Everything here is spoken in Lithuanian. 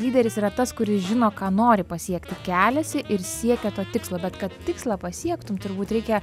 lyderis yra tas kuris žino ką nori pasiekti keliasi ir siekia to tikslo bet kad tikslą pasiektum turbūt reikia